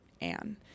Anne